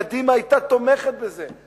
קדימה היתה תומכת בזה,